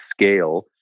scale